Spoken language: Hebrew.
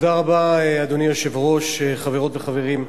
אדוני היושב-ראש, תודה רבה, חברות וחברים,